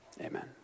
amen